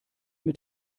mit